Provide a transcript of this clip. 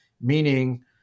meaning